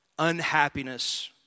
unhappiness